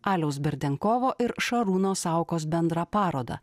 aliaus berdenkovo ir šarūno saukos bendrą parodą